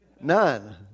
None